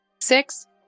Six